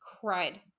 cried